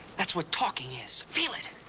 that's what talking is. feel it.